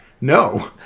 No